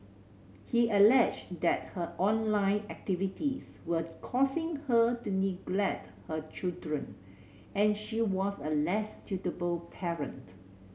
he alleged that her online activities were causing her to neglect a children and she was a less suitable parent